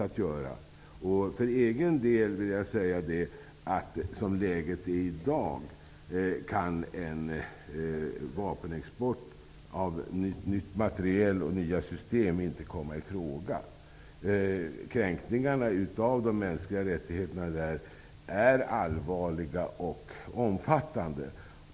Jag vill för egen del säga, att som läget är i dag kan en vapenexport av nytt materiel och nya system inte komma i fråga. Indonesien är allvarliga och omfattande.